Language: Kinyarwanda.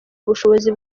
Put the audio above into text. ubushobozi